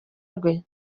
rwe